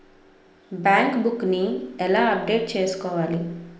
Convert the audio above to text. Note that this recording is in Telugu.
బ్యాంక్ బుక్ నీ ఎలా అప్డేట్ చేసుకోవాలి?